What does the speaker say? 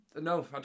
No